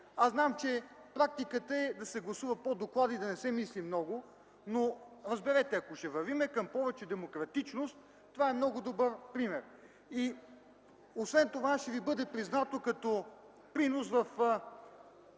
Аз знам, че практиката е да се гласува по доклада и да не се мисли много, но, разберете, ако ще вървим към повече демократичност, това е много добър пример. Освен това, ще ви бъде признато като принос към